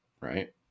right